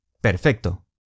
Perfecto